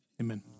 Amen